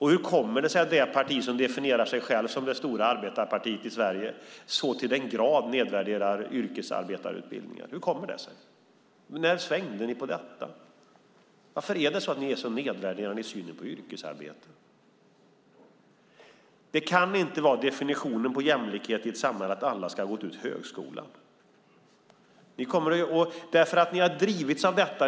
Hur kommer det sig att det parti som definierar sig självt som det stora arbetarpartiet i Sverige så till den grad nedvärderar yrkesarbetarutbildningar? Hur kommer det sig? När svängde ni om detta? Varför är ni så nedvärderande i synen på yrkesarbete? Det kan inte vara definitionen på jämlikhet i ett samhälle att alla ska ha gått ut högskolan. Ni har drivits av detta.